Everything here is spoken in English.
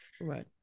Right